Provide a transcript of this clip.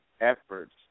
efforts